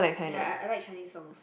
ya I I like Chinese songs